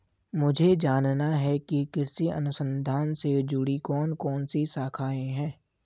मुझे जानना है कि कृषि अनुसंधान से जुड़ी कौन कौन सी शाखाएं हैं?